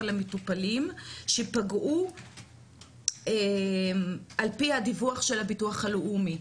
למטופלים שפגעו על פי הדיווח של הביטוח הלאומי,